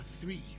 three